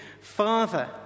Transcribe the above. Father